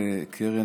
קרן,